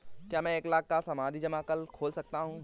क्या मैं एक लाख का सावधि जमा खोल सकता हूँ?